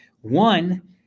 One